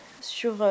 sur